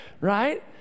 right